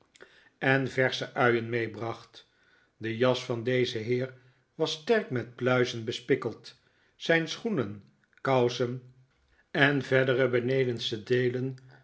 en versche uien meebracht de jas van dezen heer was sterk met pluizen bespikkeld zijn schoenen kousen en verdere benedenste deelen